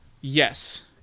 Yes